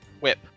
whip